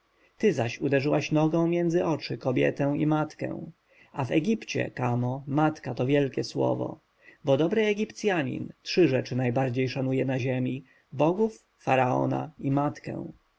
zaś uderzyłaś nogą między oczy kobietę i matkę a w egipcie kamo matka to wielkie słowo bo dobry egipcjanin trzy rzeczy najbardziej szanuje na ziemi bogów faraona i matkę